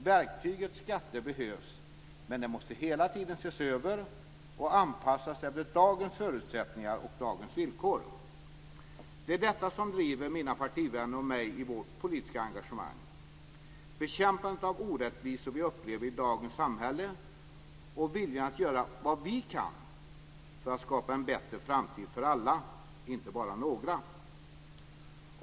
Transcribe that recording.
Verktyget skatter behövs, men det måste hela tiden ses över och anpassas efter dagens förutsättningar och villkor. Det är detta som driver mina partivänner och mig i vårt politiska engagemang: bekämpandet av de orättvisor vi upplever i dagens samhälle och viljan att göra vad vi kan för att skapa en bättre framtid för alla - inte bara några.